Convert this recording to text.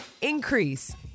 increase